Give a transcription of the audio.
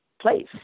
place